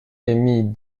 émis